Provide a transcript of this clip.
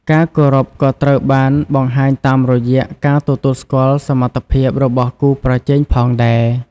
ការគោរពក៏ត្រូវបានបង្ហាញតាមរយៈ ការទទួលស្គាល់សមត្ថភាពរបស់គូប្រជែងផងដែរ។